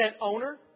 owner